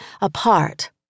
apart